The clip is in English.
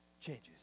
changes